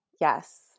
Yes